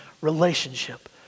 relationship